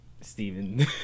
Stephen